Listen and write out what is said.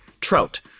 trout